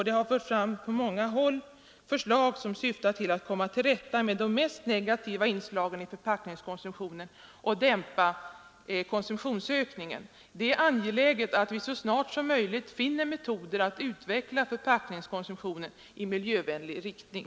Det har från många håll förts fram förslag som syftar till att komma till rätta med de mest negativa inslagen i förpackningskonsumtionen och att dämpa konsumtionsökningen. Det är angeläget att vi så snart som möjligt finner metoder att utveckla förpackningskonsumtionen i miljövänlig riktning.